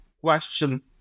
question